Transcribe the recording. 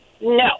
No